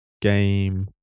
game